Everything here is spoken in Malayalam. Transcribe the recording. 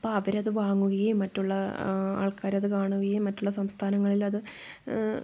അപ്പൊൾ അവരത് വാങ്ങുകയും മറ്റുള്ള ആൾക്കാര് അത് കാണുകയും മറ്റുള്ള സംസ്ഥാങ്ങളിൽ അത്